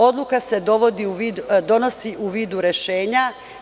Odluka se donosi u vidu rešenja.